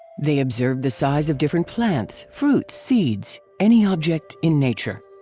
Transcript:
they observed the size of different plants, fruits, seeds, any object in nature.